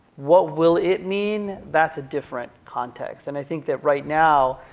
what will it mean? that's a different context. and i think that right now,